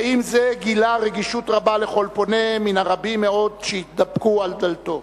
ועם זה גילה רגישות רבה לכל פונה מן הרבים מאוד שהתדפקו על דלתו.